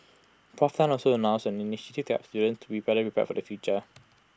Prof Tan also announced an initiative to help students be better prepared for the future